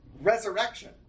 resurrection